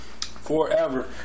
Forever